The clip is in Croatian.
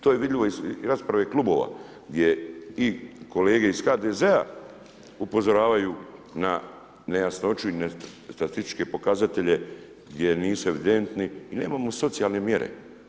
I to je vidljivo iz raspravle klubova gdje i kolege iz HDZ-a upozoravaju na nejasnoću i na statističke pokazatelje gdje nisu evidentni i nemamo socijalne mjere.